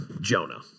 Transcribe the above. Jonah